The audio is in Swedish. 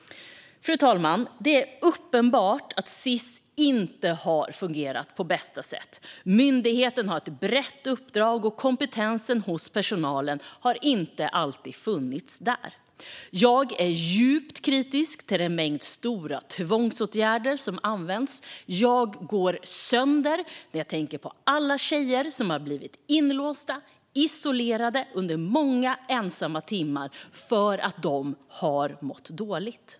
Fru talman! Det är uppenbart att Sis inte har fungerat på bästa sätt. Myndigheten har ett brett uppdrag, och kompetensen hos personalen har inte alltid funnits där. Jag är djupt kritisk till den stora mängd tvångsåtgärder som används. Jag går sönder när jag tänker på alla tjejer som har blivit inlåsta och isolerade under många ensamma timmar för att de har mått dåligt.